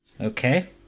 Okay